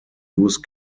use